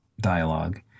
dialogue